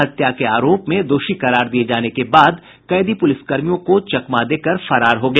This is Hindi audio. हत्या के आरोप में दोषी करार दिये जाने के बाद कैदी पुलिसकर्मियों को चकमा देकर फरार हो गया